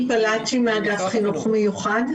מאגף חינוך מיוחד במשרד החינוך.